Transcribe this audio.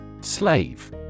Slave